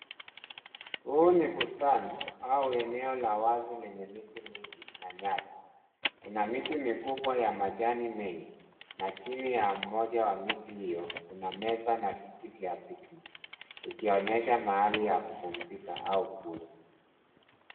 Huu ni bustani au eneo la wazi lenye miti mingi na nyasi. kuna miti mikubwa ya majani mengi na chini ya mmoja wa miti hiyo, kuna meza na viti vya picnic ikionyesha mahali ya kupumzika au kula.